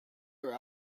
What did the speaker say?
later